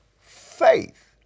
faith